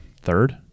third